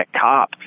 cop